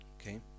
Okay